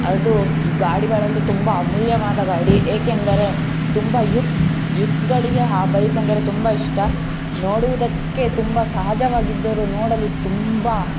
ಅದು ಈ ಗಾಡಿಗಳಲ್ಲಿ ತುಂಬ ಅಮೂಲ್ಯವಾದ ಗಾಡಿ ಏಕೆಂದರೆ ತುಂಬ ಯುಥ್ಸ್ ಯುಥ್ಸ್ಗಳಿಗೆ ಆ ಬೈಕ್ ಅಂದರೆ ತುಂಬ ಇಷ್ಟ ನೋಡುವುದಕ್ಕೆ ತುಂಬ ಸಹಜವಾಗಿ ಇದ್ದರೂ ನೋಡಲು ತುಂಬ